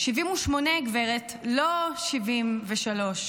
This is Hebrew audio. שבעים ושמונה, גברת, לא שבעים ושלוש,